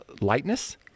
lightness